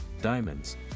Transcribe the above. diamonds